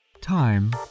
time